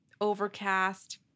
Overcast